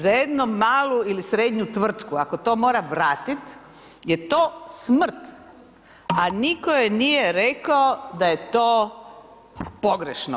Za jednu malu ili srednju tvrtku, ako to mora vratiti je to smrt, a nitko joj nije rekao da je to pogrešno.